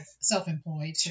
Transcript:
Self-employed